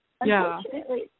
Unfortunately